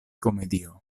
komedio